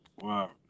wow